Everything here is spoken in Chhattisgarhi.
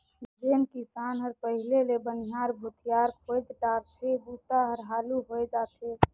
जेन किसान हर पहिले ले बनिहार भूथियार खोएज डारथे बूता हर हालू होवय जाथे